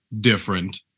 different